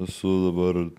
esu dabar